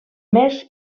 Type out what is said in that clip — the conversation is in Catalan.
més